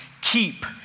keep